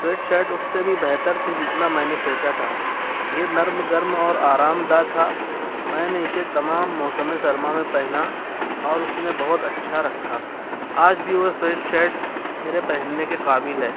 sweet shirt اس سے بھی بہتر تھی جتنا میں نے سوچا تھا یہ نرم گرم اور آرام دہ تھا میں نے اسے تمام موسمِ سرما میں پہنا اور اس نے بہت اچھا رکھا آج بھی وہ سویٹ شرٹ میرے پہننے کے قابل ہے